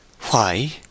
Why